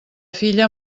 filla